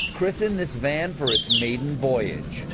christen this van for it's maiden voyage.